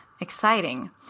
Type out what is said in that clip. exciting